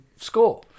score